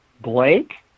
Blake